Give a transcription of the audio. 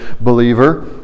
believer